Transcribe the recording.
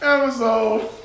Episode